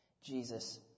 Jesus